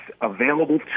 available